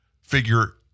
figure